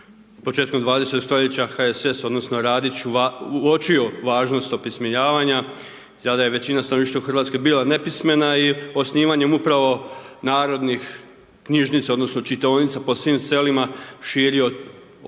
početkom 20. st. HSS, odnosno Radić, uočio važnost opismenjavanja, tada je većina stanovništva u Hrvatskoj bila nepismena i osnivanjem upravo narodnih knjižnica odnosno čitaonica po svim selima širio pismenost